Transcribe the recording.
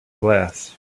glass